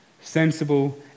sensible